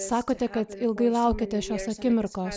sakote kad ilgai laukėte šios akimirkos